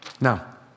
Now